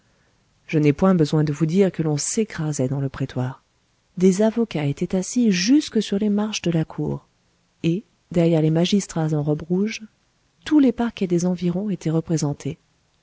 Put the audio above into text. je n'ai pas besoin de vous dire que l'on s'écrasait dans le prétoire des avocats étaient assis jusque sur les marches de la cour et derrière les magistrats en robe rouge tous les parquets des environs étaient représentés